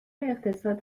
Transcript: اقتصادی